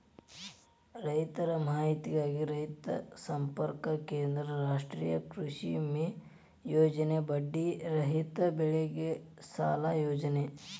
ರೈತರ ಮಾಹಿತಿಗಾಗಿ ರೈತ ಸಂಪರ್ಕ ಕೇಂದ್ರ, ರಾಷ್ಟ್ರೇಯ ಕೃಷಿವಿಮೆ ಯೋಜನೆ, ಬಡ್ಡಿ ರಹಿತ ಬೆಳೆಸಾಲ ಯೋಜನೆ